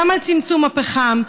גם על צמצום הפחם,